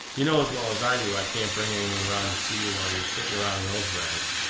you know as well as i do i can't bring any one round to see you while you are sitting around in those rags.